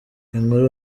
inkuru